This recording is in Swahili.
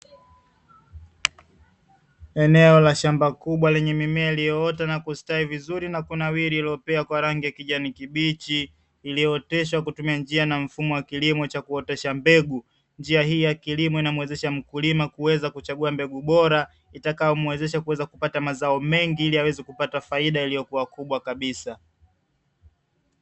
Eneo la shamba kubwa lenye mimea iliyoota na kustawi vizuri na kunawiri iliyopewa kwa rangi ya kijani kibichi iliyooteshwa kutumia njia na mfumo wa kilimo cha kuotesha mbegu njia hii ya kilimo na muwezesha mkulima kuweza kuchagua mbegu bora, itakayomwezesha kuweza kupata mazao mengi ili aweze kupata faida iliyokuwa kubwa kabisa.